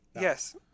Yes